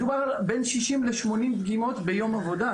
מדובר על 60-80 דגימות ביום עבודה.